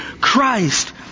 Christ